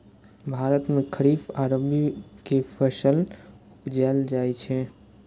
भारत मे खरीफ आ रबी के फसल उपजाएल जाइ छै